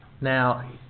Now